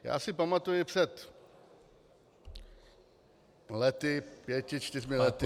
Já si pamatuji, před pěti, čtyřmi lety